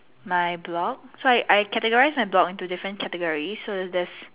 my blog so so I categorize my blog into different categories so there is